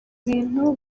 bintu